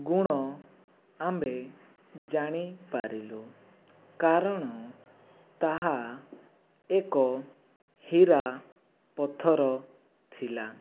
ଗୁଣ ଆମ୍ଭେ ଜାଣିପାରିଲୁ କାରଣ ତାହା ଏକ ହୀରା ପଥର ଥିଲା